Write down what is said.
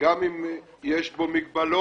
גם אם יש בו מגבלות